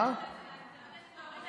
אני מבקשת, את